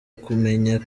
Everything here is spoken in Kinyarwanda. kumenya